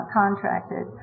contracted